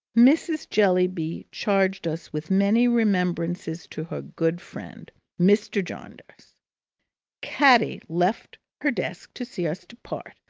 mrs. jellyby charged us with many remembrances to her good friend mr. jarndyce caddy left her desk to see us depart,